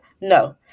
No